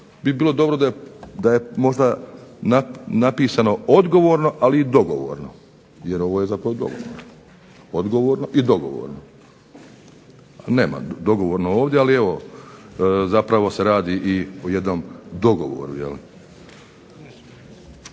bi bilo dobro da je možda napisano odgovorno, ali i dogovorno, jer ovo je zapravo dogovor, odgovorno i dogovorno. Nema dogovorno ovdje, ali evo zapravo se radi i o jednom dogovoru